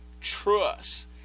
trust